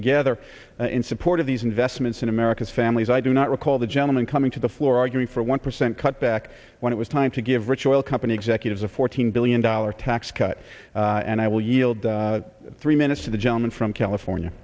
together in support of these investments in america's families i do not recall the gentlemen coming to the floor arguing for a one percent cut back when it was time to give ritual company executives a fourteen billion dollar tax cut and i will yield three minutes to the gentleman from california